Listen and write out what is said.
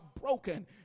broken